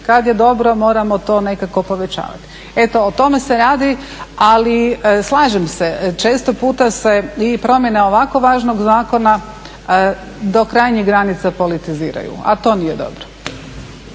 kad je dobro moramo to nekako povećavati. Eto o tome se radi. Ali slažem se, često puta se i promjene ovako važnog zakona do krajnjih granica politiziraju, a to nije dobro.